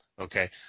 Okay